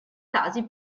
casi